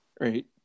right